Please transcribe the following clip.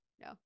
no